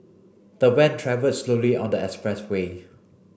the van travelled slowly on the expressway